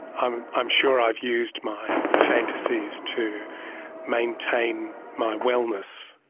i'm i'm sure i've used my fantasies to maintain my wellness.